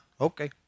okay